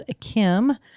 Kim